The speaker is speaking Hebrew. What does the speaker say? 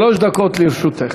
שלוש דקות לרשותך.